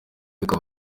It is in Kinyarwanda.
akaba